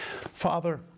Father